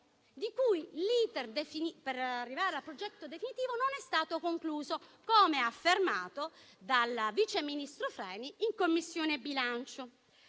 il cui *iter* per arrivare al progetto definitivo non è stato concluso, come affermato dal sottosegretario Freni in Commissione bilancio.